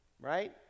Right